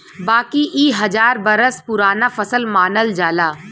बाकी इ हजार बरस पुराना फसल मानल जाला